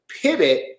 pivot